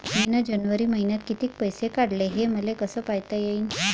मिन जनवरी मईन्यात कितीक पैसे काढले, हे मले कस पायता येईन?